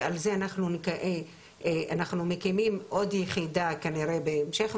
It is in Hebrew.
ועל זה אנחנו מקימים עוד יחידה כנראה בהמשך,